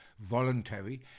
voluntary